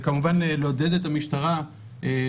וזה כמובן נועד גם לעודד את המשטרה לשמור